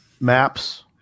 maps